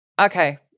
Okay